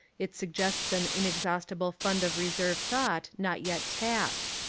it suggests an inexhaustible fund of reserve thought not yet tapped.